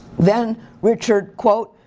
then richard, quote,